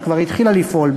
שכבר התחילה לפעול,